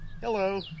Hello